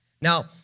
Now